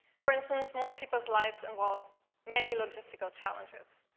for instance, most people's lives involve many logistical challenges,